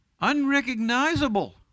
unrecognizable